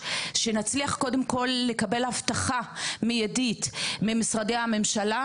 נצליח קודם כל לקבל הבטחה מיידית ממשרדי הממשלה,